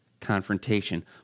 confrontation